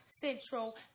Central